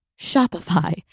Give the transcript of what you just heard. Shopify